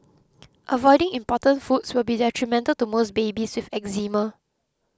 avoiding important foods will be detrimental to most babies with Eczema